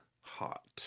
hot